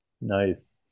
Nice